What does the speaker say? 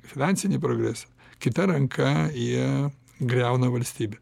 finansinį progresą kita ranka jie griauna valstybę